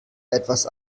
etwas